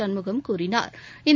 சண்முகம் கூறினா்